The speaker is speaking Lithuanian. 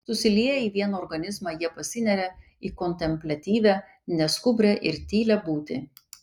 susilieję į vieną organizmą jie pasineria į kontempliatyvią neskubrią ir tylią būtį